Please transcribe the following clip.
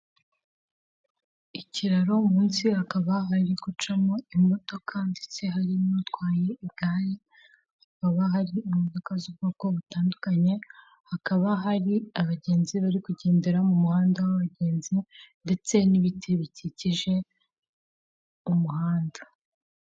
Ikiraro munsi hakaba hari gucamo imodoka, ndetse hari n’utwaye igare. Hakaba hari imodoka z’ubwoko butandukanye, hakaba hari abagenzi bari kugendera mu muhanda w’abagenzi, ndetse n’ibiti bikikije umuhanda.